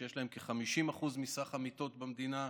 שיש להם כ-50% מסך המיטות במדינה,